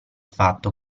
fatto